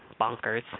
bonkers